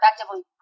effectively